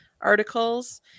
articles